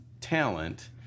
talent